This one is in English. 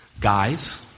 guys